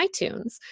iTunes